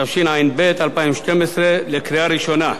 התשע"ב 2012, לקריאה ראשונה.